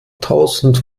tausend